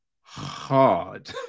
hard